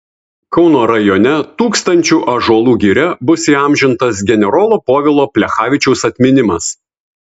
kauno rajone tūkstančių ąžuolų giria bus įamžintas generolo povilo plechavičiaus atminimas